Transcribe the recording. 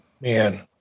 man